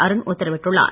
அருண் உத்தரவிட்டுள்ளார்